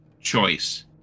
choice